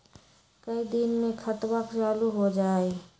कई दिन मे खतबा चालु हो जाई?